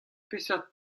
peseurt